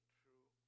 true